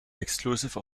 exclusive